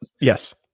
Yes